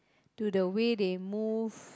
to the way they move